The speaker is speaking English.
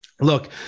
look